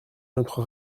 notre